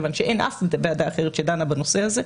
כיוון שאין אף וועדה אחרת שדנה בנושא הזה.